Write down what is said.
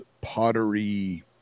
pottery